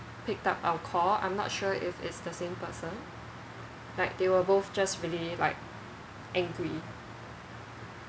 picked up our call I'm not sure if it's the same person like they were both just really like angry